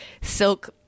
silk